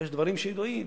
יש דברים שידועים.